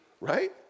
Right